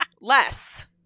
less